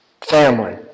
family